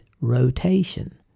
rotation